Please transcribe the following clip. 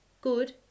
good